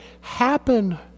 happen